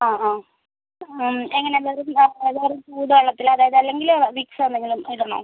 ആ ആ മ് എങ്ങനെ വെറും ആ സാധാരണ ചൂട് വെള്ളത്തിലോ അതായത് അല്ലെങ്കിൽ വിക്സോ എന്തെങ്കിലും ഇടണോ